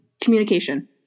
communication